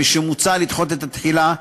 משמוצע לדחות את התחילה,